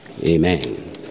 Amen